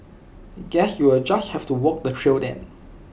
guess you'll just have to walk the trail then